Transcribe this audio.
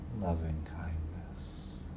loving-kindness